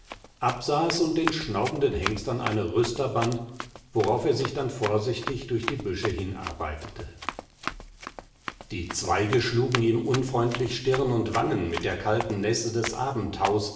absaß und den schnaubenden hengst an eine rüster band worauf er sich dann vorsichtig durch die büsche hinarbeitete die zweige schlugen ihm unfreundlich stirn und wangen mit der kalten nässe des